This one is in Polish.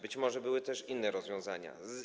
Być może były też inne rozwiązania.